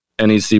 NEC